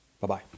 Bye-bye